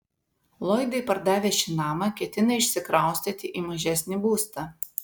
lloydai pardavę šį namą ketina išsikraustyti į mažesnį būstą